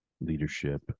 leadership